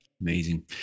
Amazing